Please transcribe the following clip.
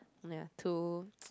yeah two